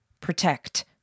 protect